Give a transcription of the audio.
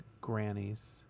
Grannies